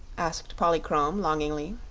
asked polychrome, longingly.